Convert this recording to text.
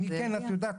אני אגיד לך מה,